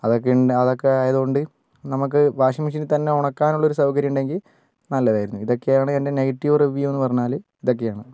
അതൊക്കെ ഉണ്ട് അതൊക്കെ ആയതുകൊണ്ട് നമുക്ക് വാഷിംഗ് മെഷിനിൽ തന്നെ ഉണക്കാനുള്ള ഒരു സൗകര്യം ഉണ്ടെങ്കിൽ നല്ലതായിരുന്നു ഇതൊക്കെയാണ് എന്റെ നെഗറ്റീവ് റിവ്യു എന്നു പറഞ്ഞാൽ ഇതൊക്കെയാണ്